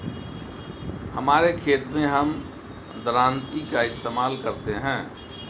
हमारे खेत मैं हम दरांती का इस्तेमाल करते हैं